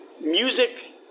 music